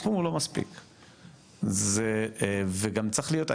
הסכום הוא לא מספיק וגם צריך להיות,